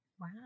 Wow